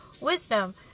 wisdom